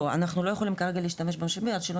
לא אנחנו לא יכולים להשתמש במשאבים עד שלא